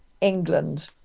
England